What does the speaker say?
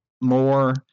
more